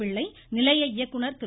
பிள்ளை நிலைய இயக்குநர் திரு